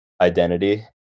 identity